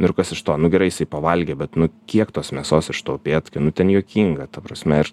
nu ir kas iš to nu gerai jisai pavalgė bet nu kiek tos mėsos iš to upėtakio nu ten juokinga ta prasme ir